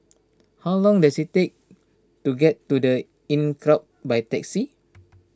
how long does it take to get to the Inncrowd by taxi